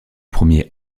premier